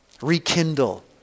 Rekindle